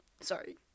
sorry